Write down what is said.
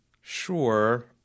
Sure